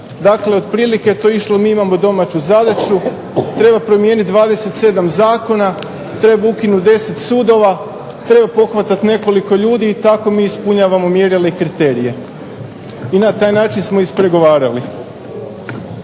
Dakle, otprilike je to išlo mi imamo domaću zadaću, moramo promijeniti 27 zakona, treba ukinuti 10 sudova, treba pohvatati nekoliko ljudi i tako mi ispunjavamo mjerila i kriterije i na taj način smo ispregovarali.